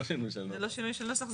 זה לא שינוי של נוסח?